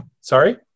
sorry